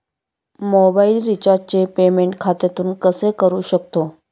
Mobile रिचार्जचे payment खात्यातून कसे करू शकतो?